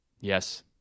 Yes